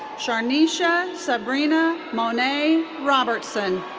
shar'nesha sabrina monet robertson.